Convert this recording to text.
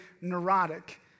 neurotic